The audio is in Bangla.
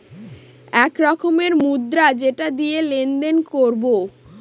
এক রকমের মুদ্রা যেটা দিয়ে লেনদেন করবো